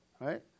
right